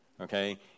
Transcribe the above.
okay